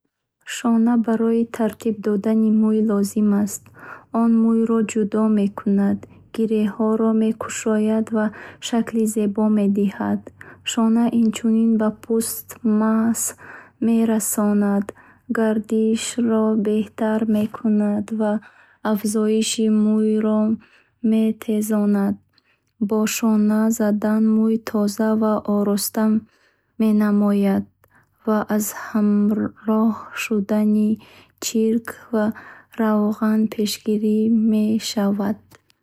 Шона барои тартиб додани мӯй лозим аст. Он мӯйро ҷудо мекунад гиреҳҳоро мекушояд ва шакли зебо медиҳад. Шона инчунин ба пӯст масҳ мерасонад гардишро беҳтар мекунад ,ва афзоиши мӯйро метезонад. Бо шона задан мӯй тоза ва ороста менамояд. Ва аз ҳамроҳ шудани чирк ва равған пешгирӣ мешавад.